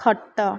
ଖଟ